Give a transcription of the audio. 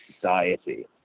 society